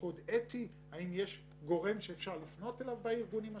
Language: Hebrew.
אי-אפשר להשאיר את זה בערפל.